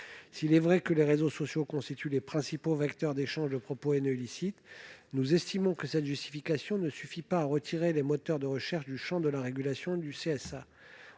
S'il est vrai que les réseaux sociaux constituent les principaux vecteurs d'échanges de propos haineux illicites, nous estimons que cette justification ne suffit pas à retirer les moteurs de recherche du champ de la régulation du CSA.